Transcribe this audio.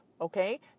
okay